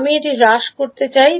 আমি এটি হ্রাস করতে চাই